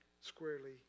squarely